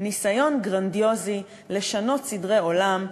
ניסיון גרנדיוזי לשנות סדרי עולם,